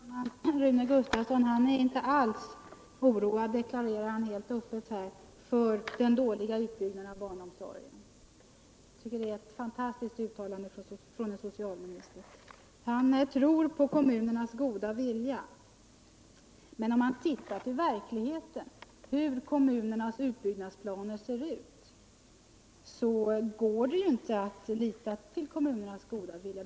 Herr talman! Rune Gustavsson är inte alls oroad, deklarerar han helt öppet, över den dåliga utbyggnaden av barnomsorgen. Jag tycker det är ett fantastiskt uttalande av en socialminister. Han tror på kommunernas goda vilja. Men om man ser till hur kommunernas utbyggnadsplaner verkligen ser ut, så kan man inte lita till deras goda vilja.